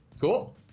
Cool